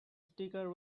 sticker